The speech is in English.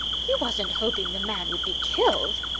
you wasn't hoping the man would be killed!